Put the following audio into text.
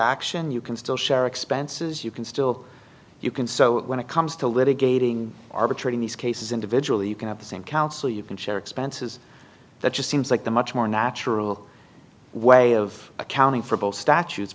action you can still share expenses you can still you can so when it comes to litigating arbitrating these cases individually you can have the same counsel you can share expenses that just seems like the much more natural way of accounting for both statutes